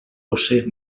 josé